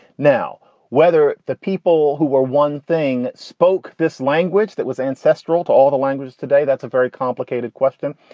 now, whether the people who were one thing spoke this language that was ancestral to all the language today, that's a very complicated question,